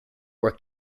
were